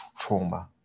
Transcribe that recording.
trauma